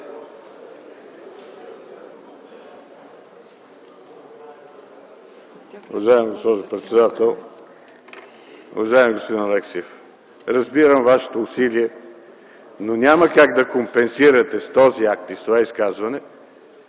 Уважаеми господин Алексиев, разбирам Вашите усилия, но няма как да компенсирате с този акт и с това изказване